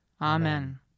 Amen